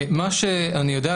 מה שאני יודע,